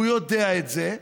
והוא יודע את זה.